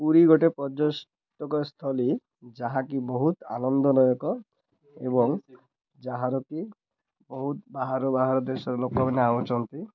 ପୁରୀ ଗୋଟେ ପର୍ଯ୍ୟଟକସ୍ଥଳୀ ଯାହାକି ବହୁତ ଆନନ୍ଦଦାୟକ ଏବଂ ଯାହାର କିି ବହୁତ ବାହାର ବାହାର ଦେଶର ଲୋକମାନେ ଆସୁଛନ୍ତି